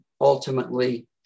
ultimately